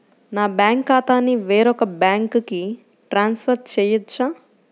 నా బ్యాంక్ ఖాతాని వేరొక బ్యాంక్కి ట్రాన్స్ఫర్ చేయొచ్చా?